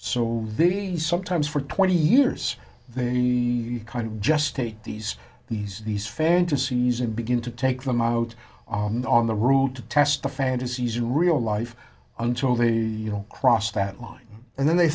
so they sometimes for twenty years the kind of just take these these these fantasies and begin to take them out on the route to test the fantasies in real life until the cross that line and then they